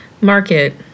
market